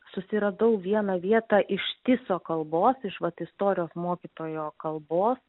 susiradau vieną vietą iš tiso kalbos iš vat istorijos mokytojo kalbos